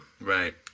Right